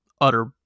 utter